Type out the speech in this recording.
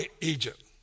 Egypt